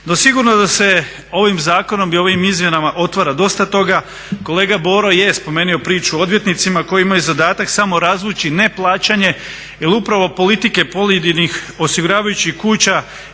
No, sigurno da se ovim zakonom i ovim izmjenama otvara dosta toga. Kolega Boro je spomenuo priču o odvjetnicima koji imaju zadatak samo razvući ne plaćanje, jer upravo politike pojedinih osiguravajućih kuća